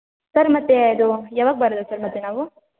sir ಮತ್ತು ಅದು ಯಾವಾಗ ಬರೋದು ಸರ್ ಮತ್ತು ನಾವು